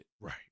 Right